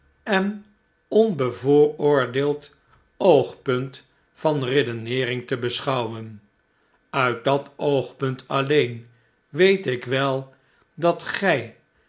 en onbevooroordeeld oogpunt van redeneering te beschouwen uit dat oogpunt alleen weet ik wel dat gij